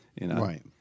Right